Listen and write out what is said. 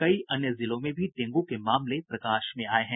कई अन्य जिलों में भी डेंगू के मामले प्रकाश में आये हैं